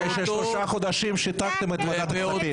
במשך שלושה חודשים שיתקתם את ועדת הכספים.